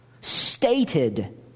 stated